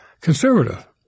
conservative